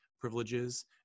privileges